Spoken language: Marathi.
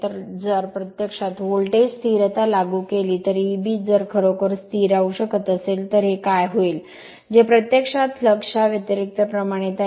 तर जर प्रत्यक्षात व्होल्टेज स्थिरता लागू केली तर एबी जर खरोखर स्थिर राहू शकत असेल तर हे तर काय होईल जे प्रत्यक्षात ल लक्सच्या व्यतिरिक्त प्रमाणित आहे